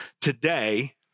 today